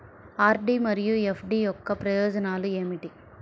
RD మరియు FD యొక్క ప్రయోజనాలు ఏమిటి?